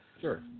Sure